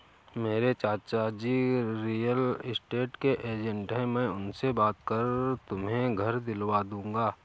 मेरे चाचाजी real estate के एजेंट है मैं उनसे बात कर तुम्हें घर दिलवा दूंगा